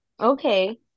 Okay